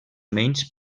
menys